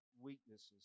weaknesses